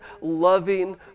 loving